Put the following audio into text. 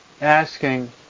asking